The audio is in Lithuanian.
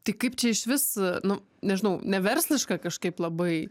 tai kaip čia išvis nu nežinau neversliška kažkaip labai